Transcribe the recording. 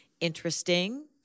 interesting